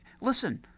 listen –